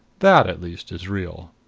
that, at least, is real.